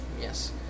Yes